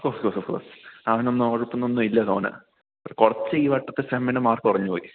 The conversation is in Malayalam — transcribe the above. ഒഹോഹോഹോ അവനൊന്നും ഉഴപ്പുന്നൊന്നും ഇല്ല തോന കുറച്ച് ഈ വട്ടത്തെ സെമ്മിന് മാർക്ക് കുറഞ്ഞുപോയി